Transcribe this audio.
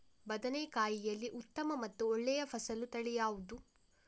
ಬದನೆಕಾಯಿಯಲ್ಲಿ ಉತ್ತಮ ಮತ್ತು ಒಳ್ಳೆಯ ಫಸಲು ತಳಿ ಯಾವ್ದು?